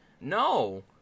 No